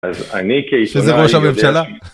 שזה ראש הממשלה?